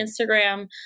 Instagram